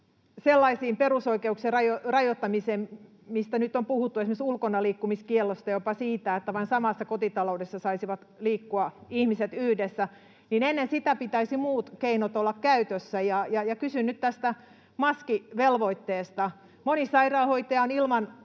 perusoikeuksien rajoittamiseen, mistä nyt on puhuttu, esimerkiksi ulkonaliikkumiskieltoon, jopa siihen, että vain samassa kotitaloudessa saisivat ihmiset liikkua yhdessä. Ennen sitä pitäisi muiden keinojen olla käytössä, ja kysyn nyt tästä maskivelvoitteesta. Moni sairaanhoitaja on ilman